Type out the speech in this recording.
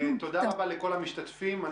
תודה רבה לכל המשתתפים.